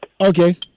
Okay